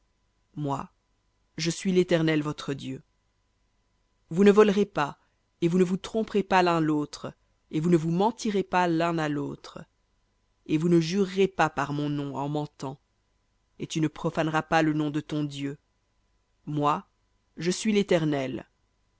moi je suis l'éternel votre dieu vous ne volerez pas et vous ne vous tromperez pas et vous ne vous mentirez pas l'un à lautre et vous ne jurerez pas par mon nom en mentant et tu ne profaneras pas le nom de ton dieu moi je suis l'éternel